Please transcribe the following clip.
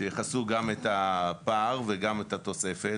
שיכסו גם את הפער וגם את התוספת,